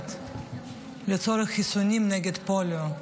הומניטרית לצורך חיסונים נגד פוליו.